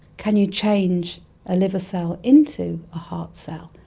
can you change a liver cell into a heart cell?